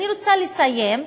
אני רוצה לסיים,